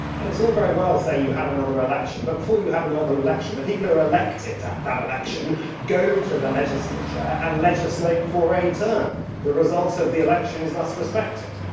and it's all very well to say, you have another election, but, before you have another election, the people who are elected at that election go to the legislature and legislate for a term the result of the election is thus respected.